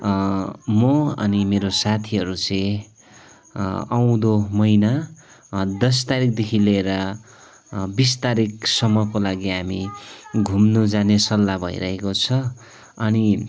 म अनि मेरो साथीहरू चाहिँ आउँदो महिना दस तारिकदेखि लिएर बिस तारिकसम्मको लागि हामी घुम्नु जाने सल्लाह भइरहेको छ अनि